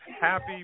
happy